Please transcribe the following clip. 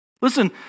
Listen